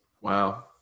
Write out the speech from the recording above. Wow